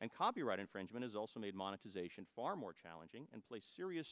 and copyright infringement is also made monetization far more challenging and place serious